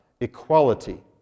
equality